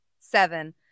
seven